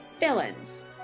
Villains